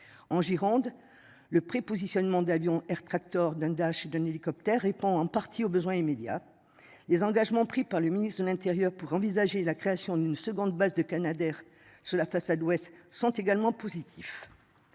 en Gironde le prépositionnement d'avions Air Tractor d'un Dash d'un hélicoptère répond en partie aux besoins immédiats. Les engagements pris par le ministre de l'Intérieur pour envisager la création d'une seconde baisse de Canadair sur la façade ouest sont également positifs.